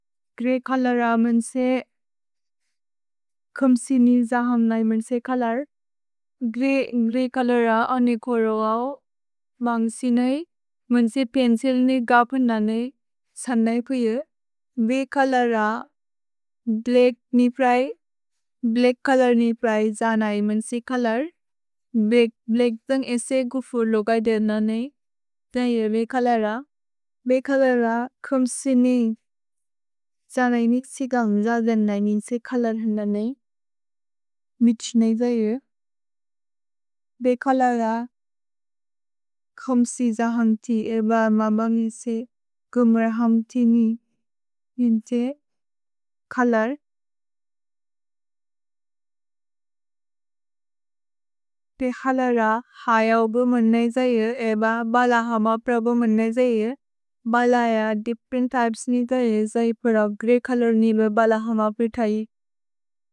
Grey colour मन्से खुम्सि नि जाहम् नै मन्से कलार्। ग्रे कल र अनेकोरो गओ। भन्ग् सिनै मन्से पेन्सिल् नि गपन् न नै। सन् नै पुइये। वे कल र ब्लेक् नि प्रए। भ्लेक् कल नि प्रए जाह् नै मन्से कलार्। भ्लेक् तन्ग् एसे गुफुर् लोगैदे न नै। तैन् ये वे कल र। वे कल र खुम्सि नि। सन् नै निक्सि गौन् जाह् दन् नै मन्से कलार् हन्द नै। मिछ् नै जायु। वे कल र खुम्सि जाहम् ति एव ममन्गेसे गुम्रहम् ति नि। निन्ते। कलार्। वे कल र हयओ बो मन् नै जायु। एव बल हम प्र बो मन् नै जायु। भल हय दिफ्फेरेन्त् त्य्पेस् नि तये। जायु पर ग्रे कलार् नि वे बल हम प्रिथै।